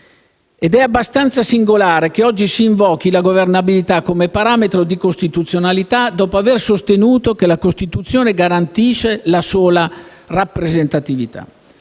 ed è abbastanza singolare che oggi si invochi la governabilità come parametro di costituzionalità dopo avere sostenuto che la Costituzione garantisce la sola rappresentatività.